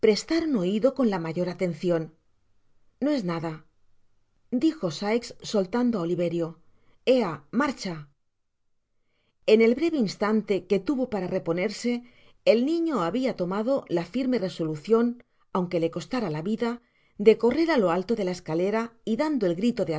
prestaron oido con la mayor atencion no es nada dijo sikes soltando á oliverio ea marcha en el breve instante que tuvo para reponerse el niño habia tomado la firme resolucion aun que le costára la vida de correr á lo alto de la escalera y dando el grito